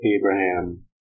Abraham